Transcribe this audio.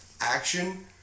action